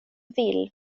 vill